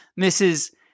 Mrs